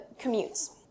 commutes